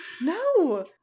No